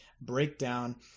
breakdown